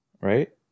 Right